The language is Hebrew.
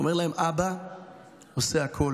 ואומר להם: אבא עושה הכול